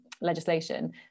legislation